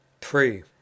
three